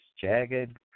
jagged